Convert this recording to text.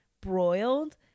broiled